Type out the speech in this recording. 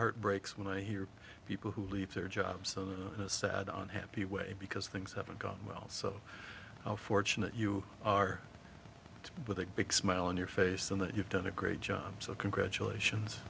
heart breaks when i hear people who leave their jobs sad on happy way because things haven't gone well so how fortunate you are with a big smile on your face and that you've done a great job so congratulations